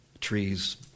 trees